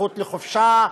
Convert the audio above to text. הזכות לחופשה,